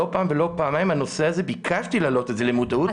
לא פעם ולא פעמיים ביקשתי להעלות את הנושא הזה למודעות.